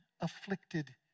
afflicted